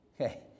Okay